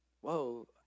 whoa